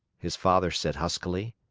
his father said huskily,